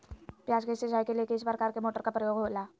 प्याज के सिंचाई के लिए किस प्रकार के मोटर का प्रयोग होवेला?